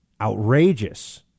Outrageous